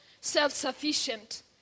self-sufficient